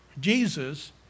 Jesus